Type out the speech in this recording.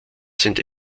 sind